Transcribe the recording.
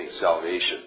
salvation